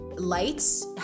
Lights